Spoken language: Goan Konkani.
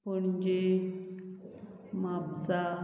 पणजे म्हापसा